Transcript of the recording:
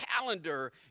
calendar